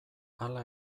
hala